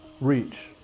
reach